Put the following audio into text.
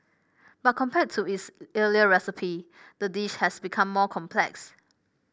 but compared to its earlier recipe the dish has become more complex